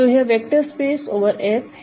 तो यह vector space over F है